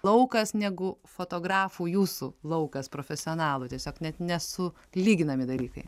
laukas negu fotografų jūsų laukas profesionalų tiesiog net nesulyginami dalykai